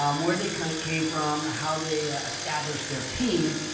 um where they kind of came from how they established their team,